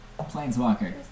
Planeswalker